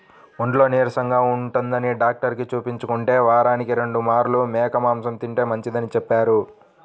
ఒంట్లో నీరసంగా ఉంటందని డాక్టరుకి చూపించుకుంటే, వారానికి రెండు మార్లు మేక మాంసం తింటే మంచిదని చెప్పారు